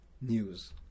news